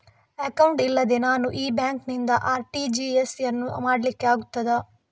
Account ಇಲ್ಲದೆ ನಾನು ಈ ಬ್ಯಾಂಕ್ ನಿಂದ ಆರ್.ಟಿ.ಜಿ.ಎಸ್ ಯನ್ನು ಮಾಡ್ಲಿಕೆ ಆಗುತ್ತದ?